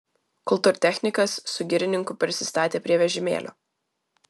kultūrtechnikas su girininku prisistatė prie vežimėlio